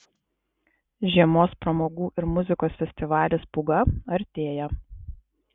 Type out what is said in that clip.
žiemos pramogų ir muzikos festivalis pūga artėja